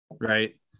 right